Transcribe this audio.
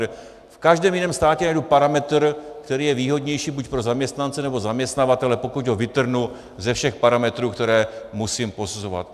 V každém jiném státě najdu parametr, který je výhodnější buď pro zaměstnance, nebo zaměstnavatele, pokud ho vytrhnu ze všech parametrů, které musím posuzovat.